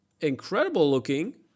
incredible-looking